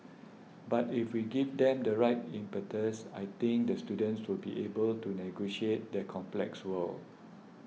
but if we give them the right impetus I think the students to be able to negotiate that complex world